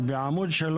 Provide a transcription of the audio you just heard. בעמוד 3,